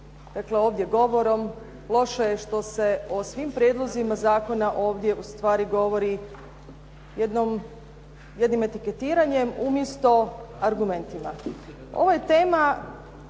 dakle ovdje govorom. Loše je što se o svim prijedlozima zakona ovdje ustvari govori jednim etiketiranjem, umjesto argumentima. Ovo je tema